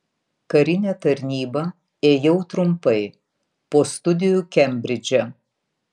karinę tarnybą ėjau trumpai po studijų kembridže